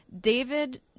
David